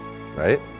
Right